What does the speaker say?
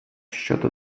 щодо